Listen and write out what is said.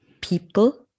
people